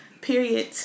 Period